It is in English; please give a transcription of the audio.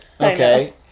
Okay